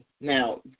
Now